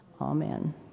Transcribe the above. Amen